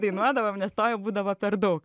dainuodavom nes to jau būdavo per daug